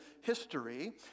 history